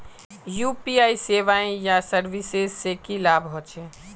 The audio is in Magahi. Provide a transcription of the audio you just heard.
यु.पी.आई सेवाएँ या सर्विसेज से की लाभ होचे?